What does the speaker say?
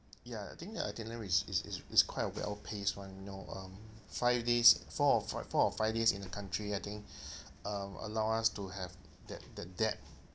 ya I think the itinerary is is is quite well paced one you know um five days four or four or five days in a country I think um allowed us to have that that depth